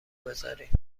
بزارین